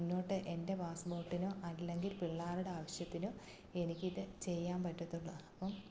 മുന്നോട്ട് എൻ്റെ പാസ്സ്പോർട്ടിനും അല്ലെങ്കിൽ പിള്ളേരുടെ ആവശ്യത്തിനും എനിക്ക് ഇത് ചെയ്യാൻ പറ്റത്തുള്ളൂ അപ്പം